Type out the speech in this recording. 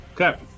Okay